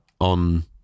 on